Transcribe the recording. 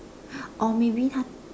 or maybe !huh!